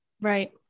Right